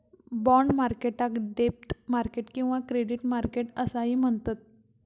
bond मार्केटाक डेब्ट market किंवा क्रेडिट मार्केट असाही म्हणतत